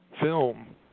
film